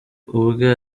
ubwe